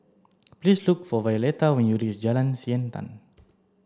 please look for Violetta when you reach Jalan Siantan